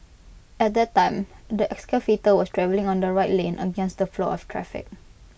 at that time the excavator was travelling on the right lane against the flow of traffic